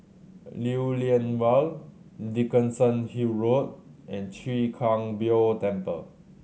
Lew Lian Vale Dickenson Hill Road and Chwee Kang Beo Temple